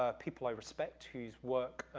ah people i respect whose work,